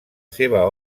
seva